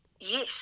Yes